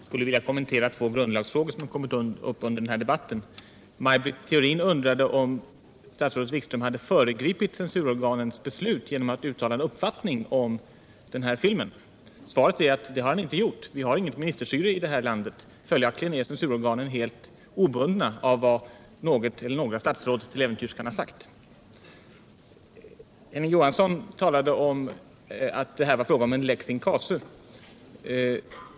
Herr talman! Jag skulle vilja kommentera två grundlagsfrågor som kommit upp under den här debatten. Maj Britt Theorin undrade om statsrådet Wikström hade föregripit censurorganens beslut genom att uttala en uppfattning om den här filmen. Svaret är att han inte har gjort det. Vi har inget ministerstyre i det här landet. Följaktligen är censurorganen helt obundna av vad något eller några statsråd till äventyrs kan ha sagt. Hilding Johansson talade om att det här var fråga om en Ilex in casu.